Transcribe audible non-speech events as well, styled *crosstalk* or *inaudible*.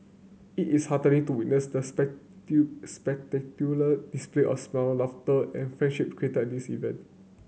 it is heartening to witness the *unintelligible* display of smile laughter and friendship created at this event